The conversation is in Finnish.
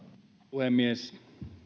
puhemies